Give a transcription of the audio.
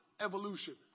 evolution